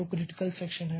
तो critical section है